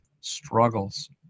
struggles